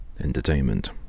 Entertainment